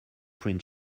print